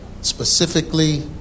specifically